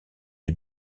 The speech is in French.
des